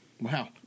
Wow